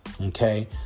Okay